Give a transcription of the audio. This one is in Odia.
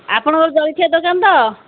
ଆପଣଙ୍କର ଜଳଖିଆ ଦୋକାନ ତ